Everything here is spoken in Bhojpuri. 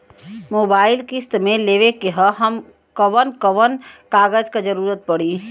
मोबाइल किस्त मे लेवे के ह कवन कवन कागज क जरुरत पड़ी?